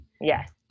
Yes